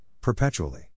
perpetually